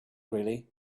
really